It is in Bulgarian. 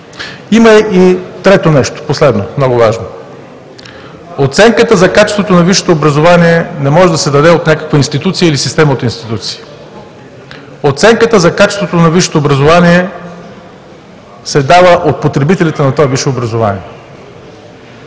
Има и трето нещо, последно – много важно. Оценката за качеството на висшето образование не може да се даде от някаква институция или система от институции. Оценката за качеството на висшето образование се дава от потребителите на това висше образование.